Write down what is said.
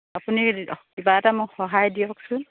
আপুনি কিবা এটা মোক সহায় দিয়কচোন